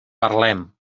parlem